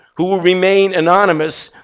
who will remain anonymous,